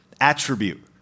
attribute